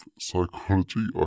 Psychology